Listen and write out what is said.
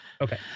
Okay